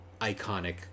iconic